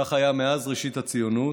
כך היה מאז ראשית הציונות.